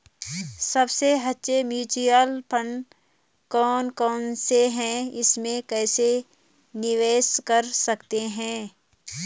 सबसे अच्छे mutual fund कौन कौनसे हैं इसमें कैसे निवेश कर सकते हैं?